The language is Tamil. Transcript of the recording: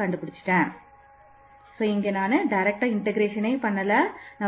dx சாதாரண இண்டெகரேஷன் செய்யலாம்